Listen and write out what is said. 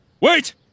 Wait